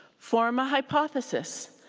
form a hypothesis,